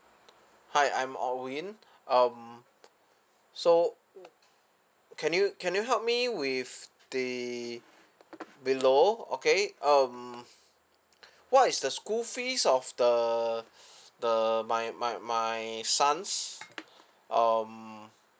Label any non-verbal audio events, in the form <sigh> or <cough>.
hi I'm alvin um so uh can you can you help me with the below okay um what is the school fees of the <breath> the my my my son's um